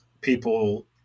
people